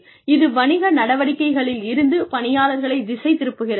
இது வணிக நடவடிக்கைகளிலிருந்து பணியாளர்களைத் திசை திருப்புகிறது